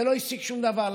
זה לא השיג שום דבר.